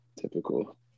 Typical